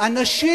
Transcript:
היא